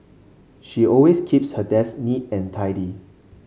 she always keeps her desk neat and tidy